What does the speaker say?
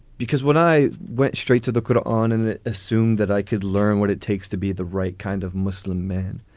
because when i went straight to the put on and assumed that i could learn what it takes to be the right kind of muslim man,